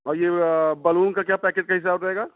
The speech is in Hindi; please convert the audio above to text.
और ये बलून का क्या पैकेट कैसा हो जाएगा